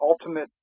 ultimate